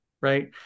right